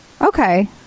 Okay